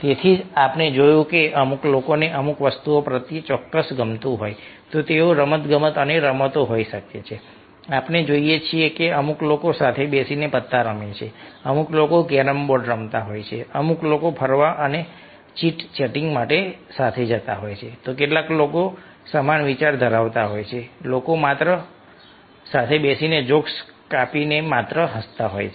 તેથી જ આપણે જોયું કે અમુક લોકોને અમુક વસ્તુ પ્રત્યે ચોક્કસ ગમતું હોય તો તેઓ રમતગમત અને રમતો હોઈ શકે છે આપણે જોઈએ છીએ કે અમુક લોકો સાથે બેસીને પત્તા રમે છે અમુક લોકો કેરમ બોર્ડ રમતા હોય છે અમુક લોકો ફરવા અને ચીટ ચેટીંગ માટે સાથે જતા હોય છે કેટલાક લોકો સમાન વિચાર ધરાવતા હોય છે લોકો માત્ર સાથે બેસીને જોક્સ કાપીને માત્ર હસતા હોય છે